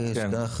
יולדת.